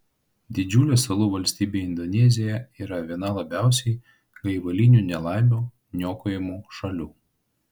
didžiulė salų valstybė indonezija yra viena labiausiai gaivalinių nelaimių niokojamų šalių